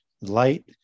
light